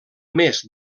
més